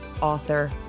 author